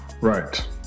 Right